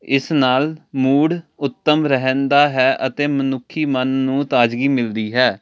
ਇਸ ਨਾਲ ਮੂਡ ਉੱਤਮ ਰਹਿੰਦਾ ਹੈ ਅਤੇ ਮਨੁੱਖੀ ਮਨ ਨੂੰ ਤਾਜ਼ਗੀ ਮਿਲਦੀ ਹੈ